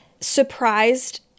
surprised